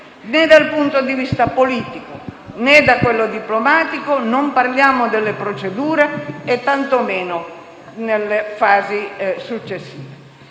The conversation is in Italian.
né dal punto di vista politico, né da quello diplomatico; e non parliamo delle procedure, tantomeno nelle fasi successive.